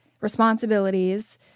responsibilities